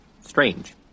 Strange